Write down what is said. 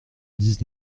dix